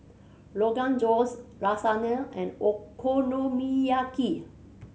Rogan Josh Lasagne and Okonomiyaki